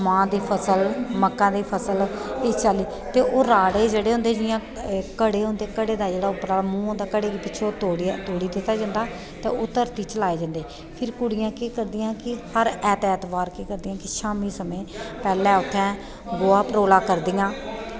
ड़े दा जियां मांह दी फसल मक्कां दी फसल इस चाल्ली ओह् राह्ड़े जेह्ड़े होंदे जियां घड़े होंदे घड़े दा उप्परला मूंह् होंदा ते पिच्छुआं ओह् धोड़ी दित्ता जंदा ते ओह् धरती च लाए जंदे फिर कुड़ियां केह् करदियां की हर ऐतवार केह् करदियां की शामीं दे समें पैह्लें उत्थें गोहा परोला करदियां